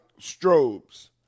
strobes